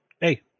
hey